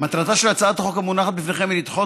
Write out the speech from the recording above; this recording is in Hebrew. מטרתה של הצעת החוק המונחת בפניכם היא לדחות